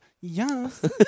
Yes